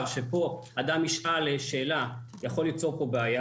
שבו אדם ישאל שאלה יכול ליצור כאן בעיה?